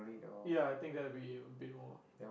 ya I think that will be a bit more